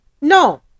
no